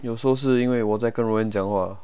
有时候是因为我在跟 roanne 讲话